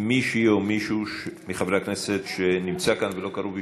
מישהי או מישהו מחברי הכנסת שנמצא כאן ולא קראו בשמו?